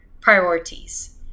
priorities